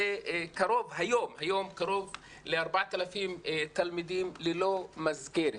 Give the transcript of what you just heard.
היום קרוב ל-4,000 תלמידים ללא מסגרת.